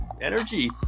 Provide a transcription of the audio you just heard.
energy